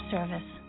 Service